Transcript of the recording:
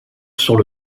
sur